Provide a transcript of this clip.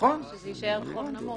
שזה יישאר חוב נמוך.